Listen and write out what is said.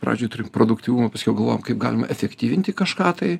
pradžioj turim produktyvumą paskiau galvojam kaip galima efektyvinti kažką tai